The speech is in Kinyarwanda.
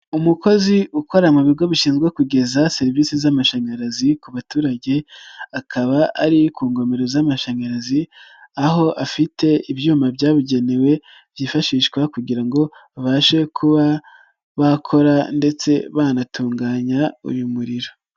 Umukozi ukora mu bigo bishinzwe kugeza serivisi z'amashanyarazi ku baturage, akaba ari ku ngomero z'amashanyarazi, aho afite ibyuma byabugenewe byifashishwa kugira ngo babashe kuba bakora ndetse banatunganya umuriro.